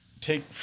Take